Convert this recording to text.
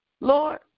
Lord